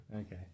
Okay